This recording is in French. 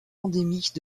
endémiques